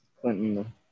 Clinton